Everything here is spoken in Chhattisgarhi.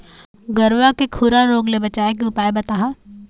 गरवा के खुरा रोग के बचाए के उपाय बताहा?